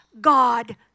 God